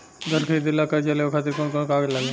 घर खरीदे ला कर्जा लेवे खातिर कौन कौन कागज लागी?